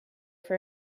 for